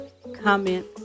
comment